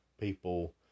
people